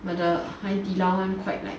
but the 海底捞 one quite like